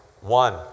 One